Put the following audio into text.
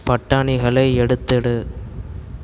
பட்டாணிகளை எடுத்துவிடு